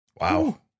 Wow